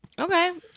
Okay